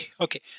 Okay